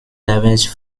damage